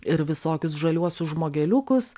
ir visokius žaliuosius žmogeliukus